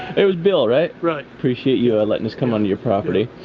it was bill, right? right. appreciate you letting us come onto your property.